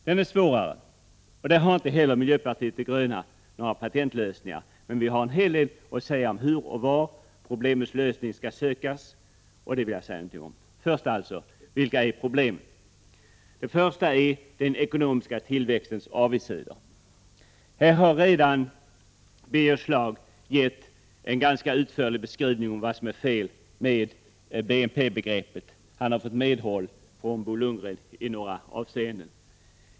Den är svårare, och inte heller miljöpartiet de gröna har några patentlösningar. Däremot har vi en hel del att säga om hur och var problemens lösning skall sökas, och det vill jag nu säga någonting om. Först alltså: Vilka är problemen? Det första är den ekonomiska tillväxtens avigsidor. Birger Schlaug har redan givit en ganska utförlig beskrivning av vad som är fel med BNP begreppet. Han har fått medhåll av Bo Lundgren i några avseenden.